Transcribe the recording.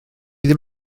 ddim